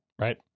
right